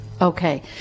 Okay